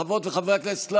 חברות וחברי הכנסת,